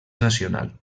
nacional